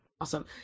awesome